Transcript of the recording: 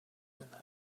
una